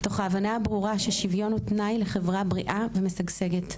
מתוך ההבנה הברורה ששוויון הוא תנאי לחברה בריאה ומשגשגת,